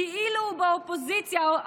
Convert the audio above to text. כאילו הוא באופוזיציה.